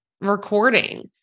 recording